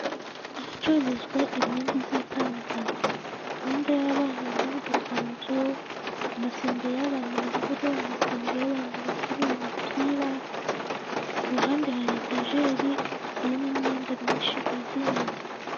Ahacururizwa imyenda igiye itandukanye. Imyenda y'abana n'udukanzu, amasengeri y'abantu bakuru, amakanzu y'abantu bakuru, imipira, ku ruhande hari etajeri, irimo imyenda myinshi izinze.